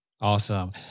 Awesome